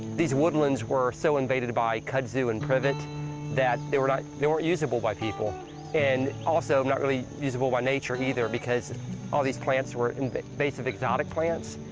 these woodlands were so invaded by kudzu and privet that they were not they weren't usable by people and also not really usable by nature, either, because all these plants were invasive exotic plants.